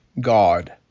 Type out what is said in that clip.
God